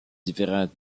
différentes